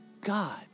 God